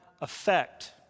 effect